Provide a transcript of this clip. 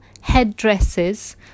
headdresses